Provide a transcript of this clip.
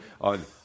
on